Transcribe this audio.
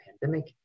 pandemic